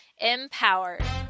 empowered